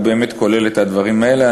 באמת כולל את הדברים האלה.